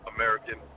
American